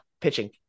pitching